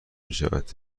میشود